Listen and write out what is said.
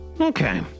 Okay